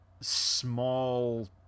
small